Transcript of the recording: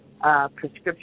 prescription